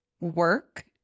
work